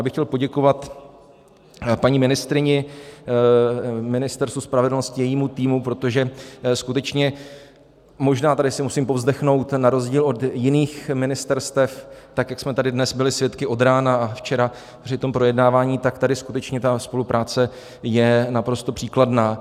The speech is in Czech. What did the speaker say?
Já bych chtěl poděkovat paní ministryni, Ministerstvu spravedlnosti, jejímu týmu, protože skutečně možná tady si musím povzdechnout, na rozdíl od jiných ministerstev, tak jak jsme tady dnes byli svědky od rána a včera při tom projednávání, tak tady skutečně ta spolupráce je naprosto příkladná.